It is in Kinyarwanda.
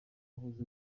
wahoze